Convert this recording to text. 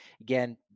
Again